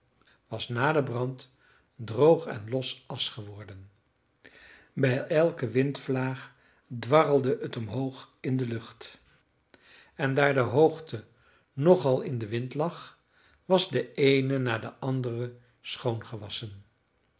was na den brand droog en los asch geworden bij elke windvlaag dwarrelde het omhoog in de lucht en daar de hoogte nog al in den wind lag was de eene na de andere